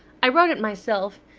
i wrote it myself,